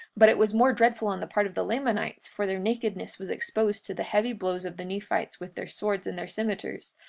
but it was more dreadful on the part of the lamanites, for their nakedness was exposed to the heavy blows of the nephites with their swords and their cimeters,